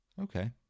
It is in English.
Okay